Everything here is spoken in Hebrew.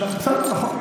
נכון.